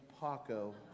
Paco